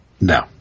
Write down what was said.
No